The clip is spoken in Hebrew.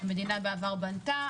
והמרחב הכפרי מופלה.